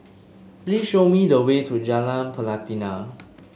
please show me the way to Jalan Pelatina